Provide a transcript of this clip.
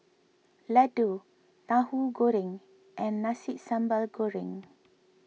Laddu Tahu Goreng and Nasi Sambal Goreng